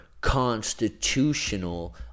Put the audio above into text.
constitutional